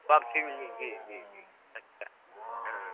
वापस मिल जही जी जी जी अच्छा हाँ